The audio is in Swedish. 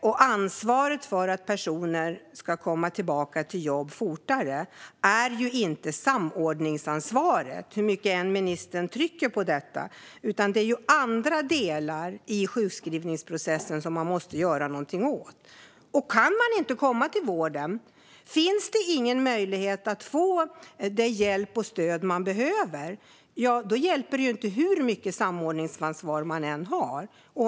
Men ansvaret för att personer ska komma tillbaka till jobb fortare är inte detsamma som samordningsansvaret, hur mycket än ministern trycker på detta, utan det är andra delar i sjukskrivningsprocessen som det måste göras någonting åt. Kan man inte komma till vården, finns det ingen möjlighet att få den hjälp och det stöd man behöver, då hjälper det ju inte hur mycket samordningsansvar det än finns.